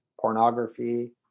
pornography